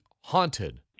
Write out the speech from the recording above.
haunted